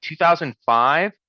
2005